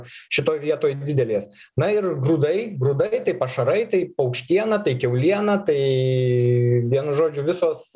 šitoj vietoj didelės na ir grūdai grūdai tai pašarai tai paukštiena tai kiauliena tai vienu žodžiu visos